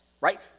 Right